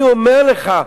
אני אומר לך: